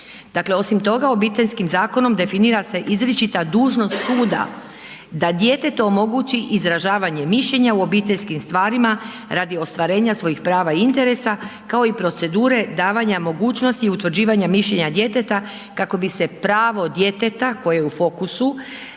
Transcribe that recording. Dakle osim toga, Obiteljskim zakonom definira se izričita dužnost suda da djetetu omogući izražavanje mišljenja u obiteljskim stvarima radi ostvarenja svojih prava i interesa kao i procedure davanja mogućnosti i utvrđivanja mišljenja djeteta kako bi se pravo djeteta koje je u fokusu